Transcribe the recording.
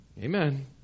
Amen